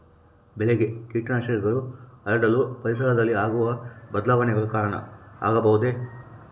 ಬೆಳೆಗೆ ಕೇಟನಾಶಕಗಳು ಹರಡಲು ಪರಿಸರದಲ್ಲಿ ಆಗುವ ಬದಲಾವಣೆಗಳು ಕಾರಣ ಆಗಬಹುದೇ?